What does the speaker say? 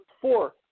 four